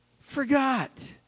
Forgot